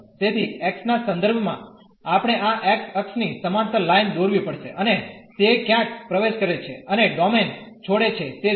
તેથી x ના સંદર્ભમાં આપણે આ x અક્ષની સમાંતર લાઈન દોરવી પડશે અને તે ક્યાં પ્રવેશ કરે છે અને ડોમેન છોડી છે તે જુઓ